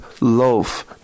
love